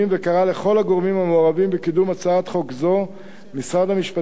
וקרא לכל הגורמים המעורבים בקידום הצעת חוק זו משרד המשפטים,